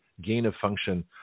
gain-of-function